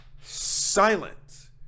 Silence